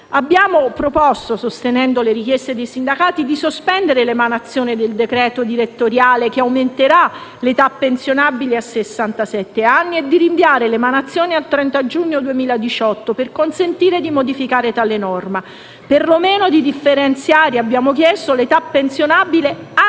Abbiamo proposto - sostenendo le richieste dei sindacati - di sospendere l'emanazione del decreto direttoriale che aumenterà l'età pensionabile a sessantasette anni e di rinviarne l'emanazione al 30 giugno del 2018 per consentire di modificare tale norma; abbiamo chiesto per lo meno di differenziare l'età pensionabile anche